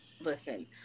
Listen